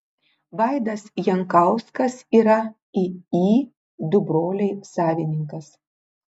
vaidas jankauskas yra iį du broliai savininkas